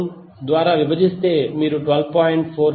632 ద్వారా విభజిస్తే మీరు 12